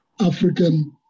African